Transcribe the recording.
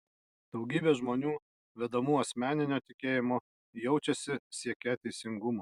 daugybė žmonių vedamų asmeninio tikėjimo jaučiasi siekią teisingumo